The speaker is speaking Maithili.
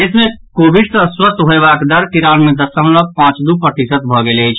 देश मे कोविड सँ स्वस्थ होयबाक दर तिरानवे दशमलव पांच दू प्रतिशत भऽ गेल अछि